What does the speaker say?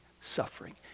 suffering